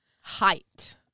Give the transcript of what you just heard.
height